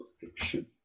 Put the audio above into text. Fiction